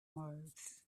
mars